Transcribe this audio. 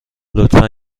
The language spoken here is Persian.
لطفا